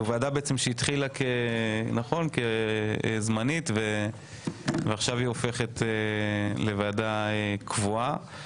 זו ועדה שהתחילה כוועדה זמנית ועכשיו היא הופכת לוועדה קבועה.